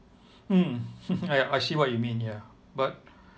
mm I I see what you mean ya but